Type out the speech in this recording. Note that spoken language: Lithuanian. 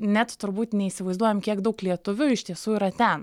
net turbūt neįsivaizduojam kiek daug lietuvių iš tiesų yra ten